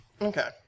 Okay